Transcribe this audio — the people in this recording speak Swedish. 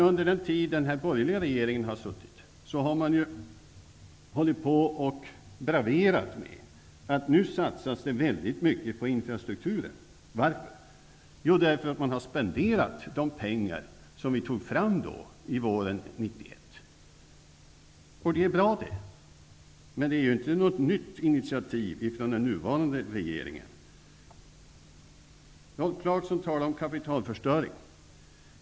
Under den tid den borgerliga regeringen har suttit har den ju braverat med att det nu satsas väldigt mycket på infrastrukturen. Varför har man kunnat göra det? Jo, därför att man har spenderat de pengar som vi tog fram våren 1991. Det är bra, men det är inte något nytt initiativ från den nuvarande regringen. Rolf Clarkson talar om kapitalförstöring.